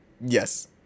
Yes